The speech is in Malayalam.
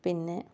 പിന്നെ